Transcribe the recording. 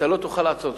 ואתה לא תוכל לעצור.